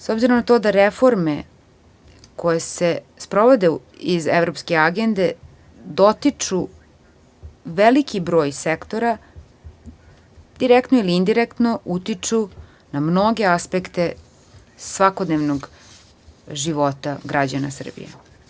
S obzirom na to da reforme koje se sprovode iz evropske agende dotiču veliki broj sektora, direktno ili indirektno utiču na mnoge aspekte svakodnevnog života građana Srbije.